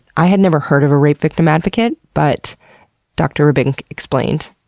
i had never heard of a rape victim advocate, but dr. ribbink explained.